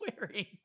wearing